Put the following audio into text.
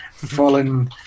Fallen